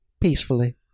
peacefully